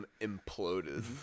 imploded